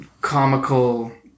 comical